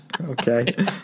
Okay